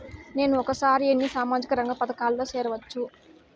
నేను ఒకేసారి ఎన్ని సామాజిక రంగ పథకాలలో సేరవచ్చు?